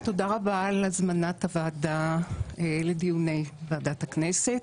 תודה רבה על הזמנת הוועדה לדיוני ועדת הכנסת.